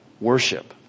Worship